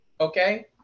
Okay